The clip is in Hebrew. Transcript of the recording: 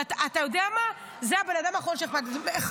ואתה יודע מה, זה הבן אדם האחרון שאכפת לי שילך.